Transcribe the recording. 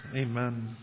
Amen